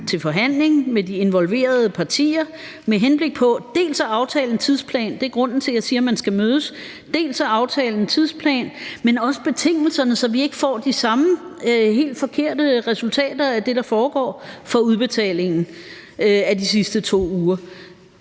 til forhandling med de involverede partier med henblik på dels at aftale en tidsplan – det er grunden til, at jeg siger, man skal mødes – dels betingelserne, så vi ikke får de samme helt forkerte resultater af det, der foregår i forhold til udbetalingen af de sidste 2 uger.